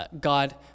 God